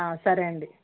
సరే అండి